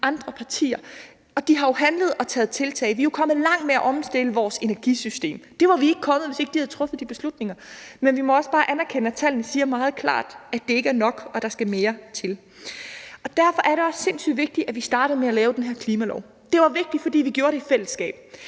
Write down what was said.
andre partier, der jo har handlet og taget tiltag. Kl. 12:30 Vi er kommet langt med at omstille vores energisystem. Det var vi ikke kommet, hvis de ikke havde truffet de beslutninger, men vi må også bare anerkende, at tallene meget klart siger, at det ikke er nok, og at der skal mere til. Derfor er det også sindssyg vigtigt, at vi startede med at lave den her klimalov. Det var vigtigt, fordi vi gjorde det i fællesskab.